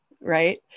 right